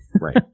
Right